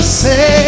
say